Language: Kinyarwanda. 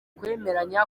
kwemeranya